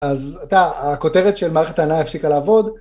אז אתה, הכותרת של מערכת הנעה הפסיקה לעבוד